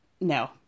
No